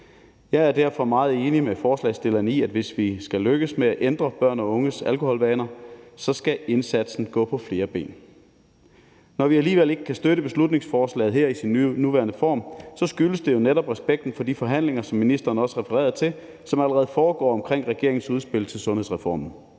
Jeg er derfor meget enig med forslagsstillerne i, at hvis vi skal lykkes med at få ændret børn og unges alkoholvaner, skal indsatsen gå på flere ben. Når vi alligevel ikke kan støtte beslutningsforslaget i dets nuværende form, skyldes det netop respekten for de forhandlinger, som ministeren også refererede til, som allerede foregår omkring regeringens udspil til sundhedsreform.